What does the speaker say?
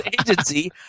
Agency